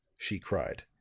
she cried.